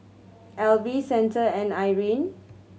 Elvie Santa and Irene